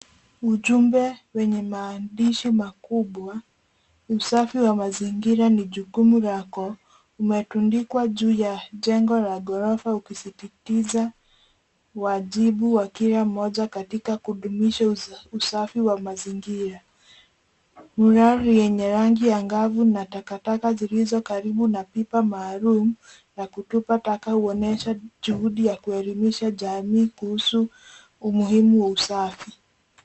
Ujumbe wenye maandishi makubwa usafi wa mazingira ni jukumu lako umetundikwa juu ya jengo la ghorofa ukisisitiza wajibu wa kila mmoja katika kudumisha usafi wa mazingira. Burari yenye rangi angavu na takataka zilizo karibu na pipa maalum la kutupa taka huonyesha juhudi ya kuelimisha jamii kuhusu umuhimu wa usafi.